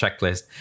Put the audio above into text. checklist